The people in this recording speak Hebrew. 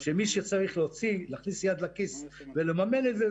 כאשר מי שצריך להכניס יד לכיס ולממן את זה